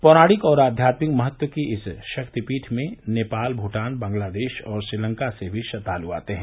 पौराणिक और अध्यात्मिक महत्व की इस शक्तिपीठ में नेपाल भूटान बांग्लादेश और श्रीलंका से भी श्रद्वाल आते हैं